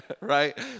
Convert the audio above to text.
right